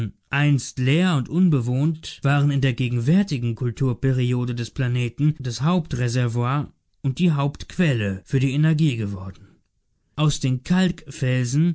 einst leer und unbewohnt waren in der gegenwärtigen kulturperiode des planeten das hauptreservoir und die hauptquelle für die energie geworden aus den